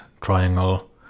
triangle